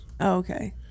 Okay